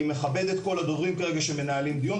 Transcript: אני מכבד את כל הדוברים כרגע שמנהלים דיון,